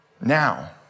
now